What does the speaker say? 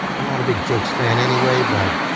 i'm not a big jokes fan anyway, but,